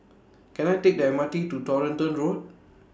Can I Take The M R T to Toronto Road